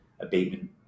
abatement